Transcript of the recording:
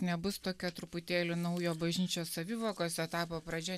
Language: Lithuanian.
nebus tokia truputėlį naujo bažnyčios savivokos etapo pradžia